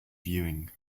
viewing